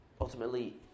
ultimately